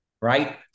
right